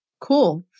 Cool